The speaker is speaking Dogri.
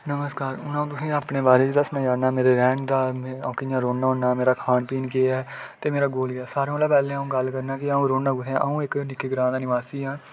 नमस्कार हून में तुसें ई अपने बारे च दस्सना चाह्ना कि में कि'यां रौह्न्ना होन्ना मेरा खान पीन केह् ऐ ते मेरा गोल केह् ऐ ते सारें कोला पैह्लें अ'ऊं गल्ल करना कि अऊं रौह्न्ना कुत्थै अ'ऊं इक निक्के ग्रांऽ दा निवासी आं